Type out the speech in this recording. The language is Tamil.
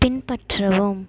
பின்பற்றவும்